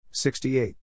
68